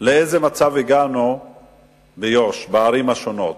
לאיזה מצב הגענו ביו"ש בערים השונות.